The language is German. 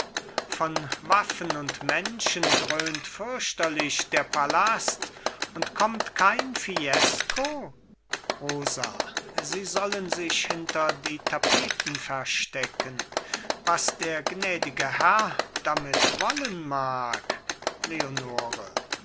von waffen und menschen dröhnt fürchterlich der palast und kommt kein fiesco rosa sie sollen sich hinter die tapeten verstecken was der gnädige herr damit wollen mag leonore